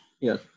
yes